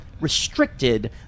restricted